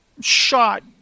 shot